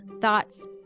thoughts